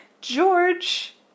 George